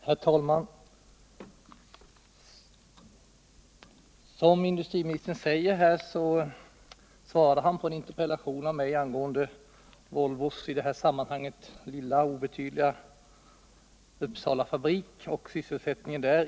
Herr talman! Industriministern har mycket riktigt svarat på min interpellation i februari i år angående Volvos, i det här sammanhanget, lilla och obetydliga Uppsalafabrik och sysselsättningen där.